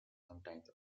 sometimes